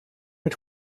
mit